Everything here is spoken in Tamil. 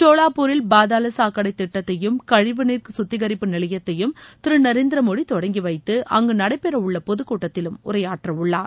சோலாப்பூரில் பாதாள சாக்களட திட்டத்தையும் கழிவுநீர் கத்திகரிப்பு நிலையத்தையும் திரு நரேந்திரமோடி தொடங்கி வைத்து அங்கு நடைபெறவுள்ள பொதுக்கூட்டத்திலும் உரையாற்றவுள்ளார்